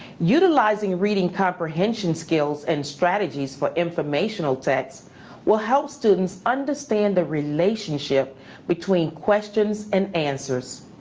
utilizing reading comprehension skills and strategies for informational text will help students understand the relationship between questions and answers.